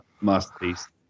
masterpiece